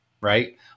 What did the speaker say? right